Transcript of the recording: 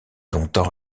longtemps